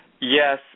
Yes